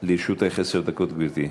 לרשותך עשר דקות, גברתי.